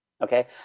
okay